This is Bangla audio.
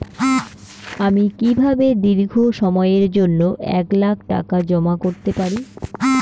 আমি কিভাবে দীর্ঘ সময়ের জন্য এক লাখ টাকা জমা করতে পারি?